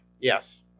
yes